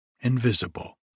invisible